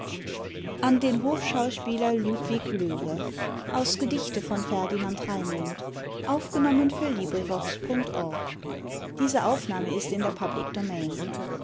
an den hofschauspieler ludwig löwe